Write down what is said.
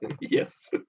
Yes